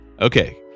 Okay